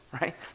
right